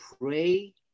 pray